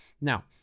Now